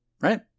right